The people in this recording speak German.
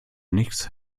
nichts